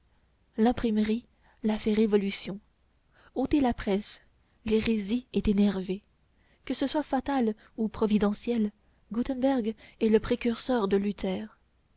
l'imprimerie la fait révolution otez la presse l'hérésie est énervée que ce soit fatal ou providentiel gutenberg est le précurseur de luther